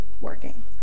working